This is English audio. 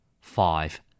five